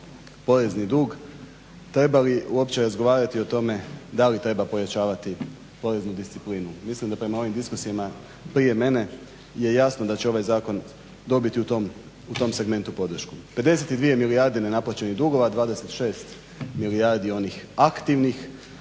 porezni dug, treba li uopće razgovarati o tome da li treba pojačavati poreznu disciplinu. Mislim da prema ovim diskusima prije mene je jasno da će ovaj zakon dobiti u tom segmentu podršku. 52 milijarde nenaplaćenih dugova, 26 milijardi onih aktivnih